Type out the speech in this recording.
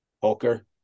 Holker